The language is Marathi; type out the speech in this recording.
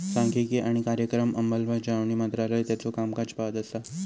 सांख्यिकी आणि कार्यक्रम अंमलबजावणी मंत्रालय त्याचो कामकाज पाहत असा